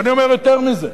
אני אומר יותר מזה,